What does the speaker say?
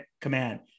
command